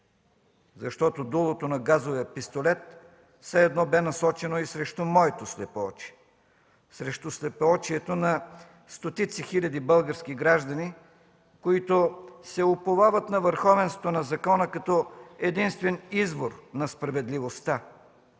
Защото дулото на газовия пистолет все едно бе насочен срещу моето слепоочие, срещу слепоочието на стотици хиляди български граждани, които се уповават на върховенството на закона като единствен извор на справедливостта.